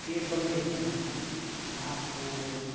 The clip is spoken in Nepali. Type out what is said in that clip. फेयर पनि लिनु हुन्न उहाँको